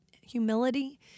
humility